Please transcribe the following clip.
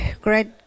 great